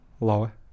lower